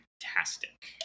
fantastic